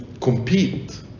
compete